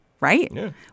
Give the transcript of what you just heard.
Right